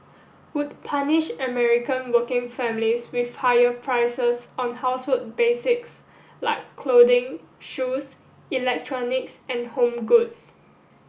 would punish American working families with higher prices on household basics like clothing shoes electronics and home goods